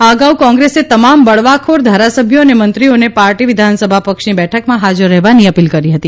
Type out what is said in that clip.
આ અગાઉ કોંગ્રેસે તમામ બળવાખોર ધારાસભ્યો અને મંત્રીઓને પાર્ટી વિધાનસભા પક્ષની બેઠકમાં હાજર રહેવાની અપીલ કરી હતી